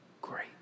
great